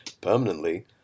permanently